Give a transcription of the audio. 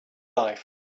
life